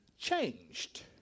changed